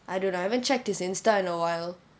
I don't know I haven't checked his Instagram in a while